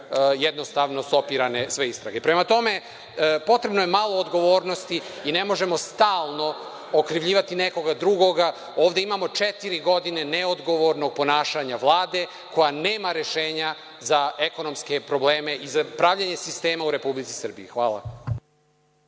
jednostavno stopirane sve istrage. Prema tome, potrebno je malo odgovornosti i ne možemo stalno okrivljivati nekoga drugoga, ovde imamo četiri godine neodgovornog ponašanja Vlade koja nema rešenja za ekonomske probleme i za pravljenje sistema u Republici Srbiji. Hvala